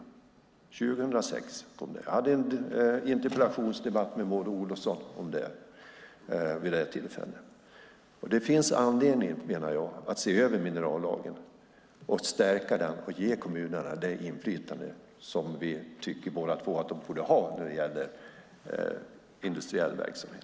Det kom år 2006. Jag hade en interpellationsdebatt med Maud Olofsson om det vid ett tillfälle. Det finns, menar jag, anledning att se över minerallagen, stärka den och ge kommunerna det inflytande vi båda två tycker att de borde ha när det gäller industriell verksamhet.